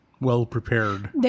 well-prepared